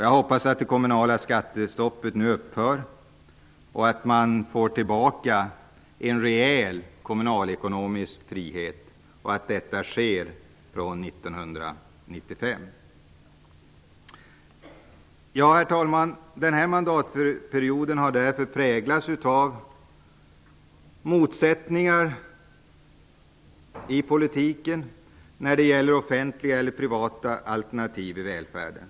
Jag hoppas att det kommunala skattestoppet nu upphör och att det från år 1995 åter blir en reell kommunalekonomisk frihet. Herr talman! Den här mandatperioden har därför präglats av motsättningar i politiken när det gäller offentliga eller privata alternativ i välfärden.